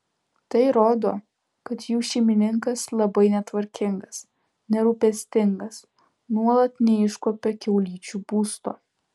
tai rodo kad jų šeimininkas labai netvarkingas nerūpestingas nuolat neiškuopia kiaulyčių būsto